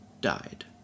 died